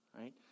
right